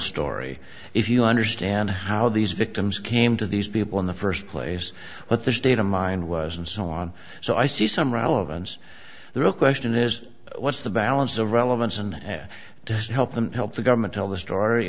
story if you understand how these victims came to these people in the first place what their state of mind was and so on so i see some relevance the real question is what's the balance of relevance and to help them help the government tell the story